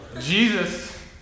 Jesus